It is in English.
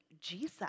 Jesus